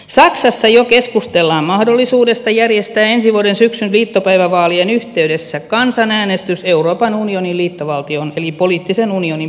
saksassa jo keskustellaan mahdollisuudesta järjestää ensi vuoden syksyn liittopäivävaalien yhteydessä kansanäänestys euroopan unionin liittovaltion eli poliittisen unionin perustamisesta